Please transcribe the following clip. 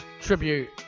Tribute